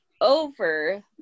over